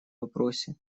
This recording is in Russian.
вопросе